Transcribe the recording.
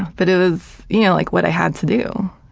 but it was you know like what i had to do,